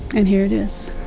and here it is.